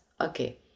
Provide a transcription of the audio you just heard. Okay